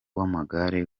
w’amagare